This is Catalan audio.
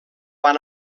van